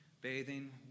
bathing